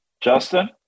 Justin